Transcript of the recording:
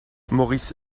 maurice